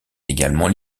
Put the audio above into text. également